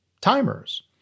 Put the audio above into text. Timers